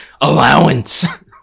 allowance